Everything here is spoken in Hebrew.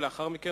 ולאחר מכן,